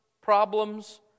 problems